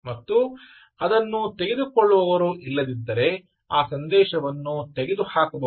ಮತ್ತು ಅದನ್ನು ತೆಗೆದುಕೊಳ್ಳುವವರು ಇಲ್ಲದಿದ್ದರೆ ಆ ಸಂದೇಶವನ್ನು ತೆಗೆದುಹಾಕಬಹುದು